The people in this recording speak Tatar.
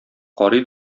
карый